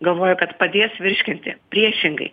galvoja kad padės virškinti priešingai